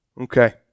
okay